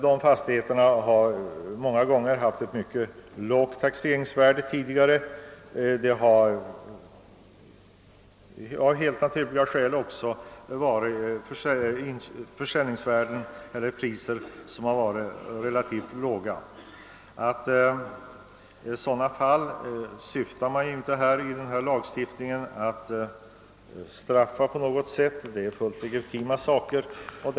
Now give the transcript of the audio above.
De fastigheterna har tidigare ofta haft mycket lågt taxeringsvärde, och försäljningarna har av naturliga skäl skett till relativt låga priser. Med denna lagstiftning syftar man inte alls till att straffa dem som gör sådana försäljningar; det är ju fullt legitima transaktioner.